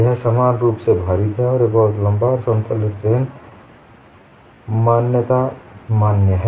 यह समान रूप से भारित है और यह बहुत लंबा और समतल स्ट्रेन मान्यता मान्य है